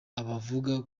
abavuga